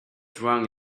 drunk